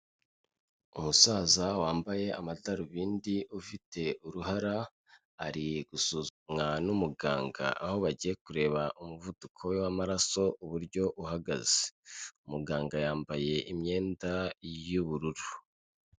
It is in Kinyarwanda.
Umusaza wambaye amadarubindi ufite uruhara, ari gusumwa n'umuganga aho bagiye kureba umuvuduko w'amaraso uburyo uhagaze, muganga yambaye imyenda y'ubururu.